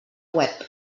web